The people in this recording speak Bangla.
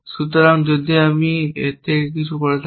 সুতরাং যদি আমি এর থেকে কিছু করে থাকি